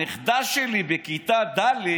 הנכדה שלי בכיתה ד'